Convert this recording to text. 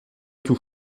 tout